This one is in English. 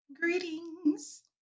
greetings